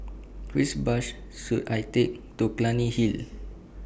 Which Bus should I Take to Clunny Hill